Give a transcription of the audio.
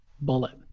bullet